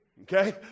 okay